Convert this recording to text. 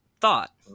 thought